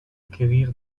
acquérir